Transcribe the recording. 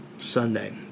Sunday